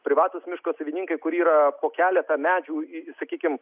privatūs miško savininkai kur yra po keletą medžių sakykime